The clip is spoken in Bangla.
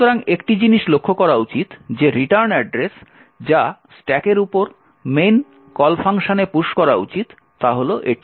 সুতরাং একটি জিনিস লক্ষ্য করা উচিত যে রিটার্ন অ্যাড্রেস যা স্ট্যাকের উপর মেইন কল ফাংশনে পুশ করা উচিত তা হল এটি